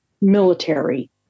military